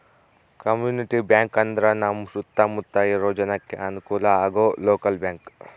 community bank ಅಂದ್ರ ನಮ್ ಸುತ್ತ ಮುತ್ತ ಇರೋ ಜನಕ್ಕೆ ಅನುಕಲ ಆಗೋ ಲೋಕಲ್ ಬ್ಯಾಂಕ್